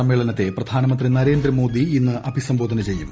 സമ്മേളനത്തെ പ്രധാനമന്ത്രി നരേന്ദ്രമോദി ഇന്ന് അഭിസംബോധന ചെയ്യും